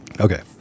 okay